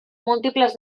múltiples